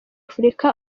afurika